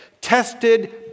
tested